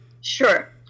Sure